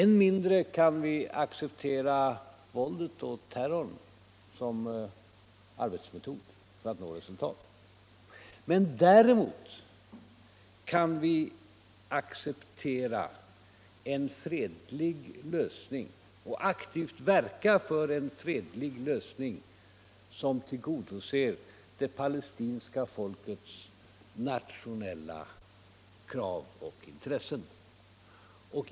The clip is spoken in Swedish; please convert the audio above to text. Än mindre kan vi acceptera våldet och terrorn som metod för att nå resultat. Däremot kan vi acceptera — och aktivt verka för — en fredlig lösning som tillgodoser det palestinska folkets nationella krav och intressen.